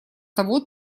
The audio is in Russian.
того